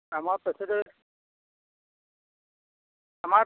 আমাৰ প্ৰেচিডেন্ট আমাৰ